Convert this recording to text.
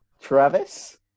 Travis